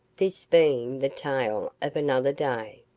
this being the tale of another day,